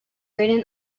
written